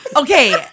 okay